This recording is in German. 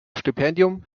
stipendium